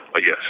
Yes